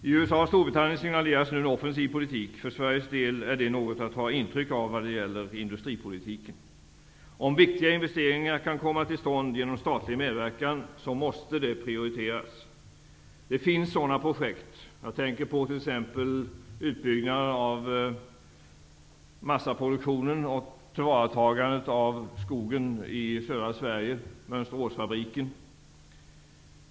I USA och Storbritannien signaleras nu en offensiv politik. För Sveriges del är det något att ta intryck av när det gäller industripolitiken. Om viktiga investeringar kan komma till stånd genom statlig medverkan måste sådana prioriteras. Det finns sådana projekt. Jag tänker t.ex. på utbyggnaden av massaproduktionen och tillvaratagandet av skogen i södra Sverige -- Mönsteråsfabriken.